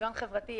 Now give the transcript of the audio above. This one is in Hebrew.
שוויון חברתי,